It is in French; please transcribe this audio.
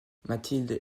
mathilde